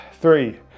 three